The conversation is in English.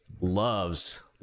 loves